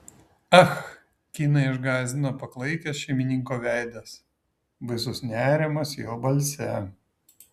ah kiną išgąsdino paklaikęs šeimininko veidas baisus nerimas jo balse